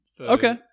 Okay